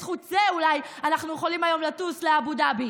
אולי בזכות זה אנחנו יכולים לטוס היום לאבו דאבי.